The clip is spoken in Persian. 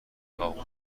اتاق